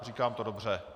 Říkám to dobře?